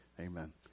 Amen